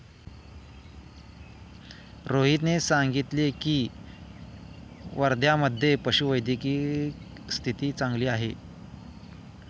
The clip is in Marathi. रोहितने सांगितले की, वर्ध्यामधे पशुवैद्यकीय स्थिती चांगली आहे